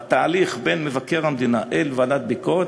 בתהליך בין מבקר המדינה אל ועדת ביקורת